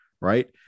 right